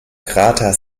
krater